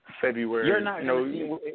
February